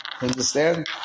understand